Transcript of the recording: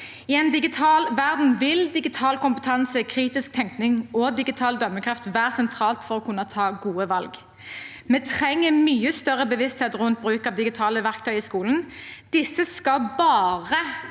I en digital verden vil digital kompetanse, kritisk tenkning og digital dømmekraft være sentralt for å kunne ta gode valg. Vi trenger mye større bevissthet rundt bruk av digitale verktøy i skolen. Disse skal bare